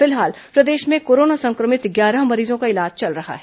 फिलहाल प्रदेश में कोरोना संक्रमित ग्यारह मरीजों का इलाज चल रहा है